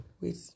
Wait